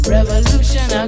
Revolution